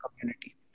community